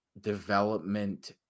development